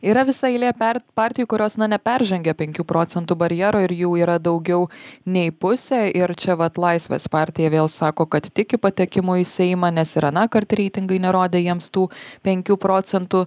yra visa eilė per partijų kurios na neperžengia penkių procentų barjero ir jų yra daugiau nei pusė ir čia vat laisvės partija vėl sako kad tiki patekimu į seimą nes ir anąkart reitingai nerodė jiems tų penkių procentų